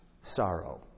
sorrow